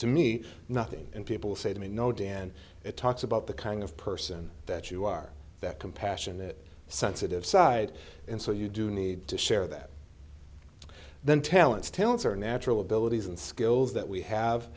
to me nothing and people say to me no dan it talks about the kind of person that you are that compassionate sensitive side and so you do need to share that then talents talents or natural abilities and skills that we have